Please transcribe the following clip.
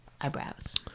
Eyebrows